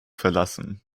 verlassen